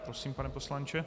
Prosím, pane poslanče.